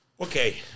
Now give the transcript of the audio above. Okay